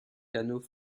canaux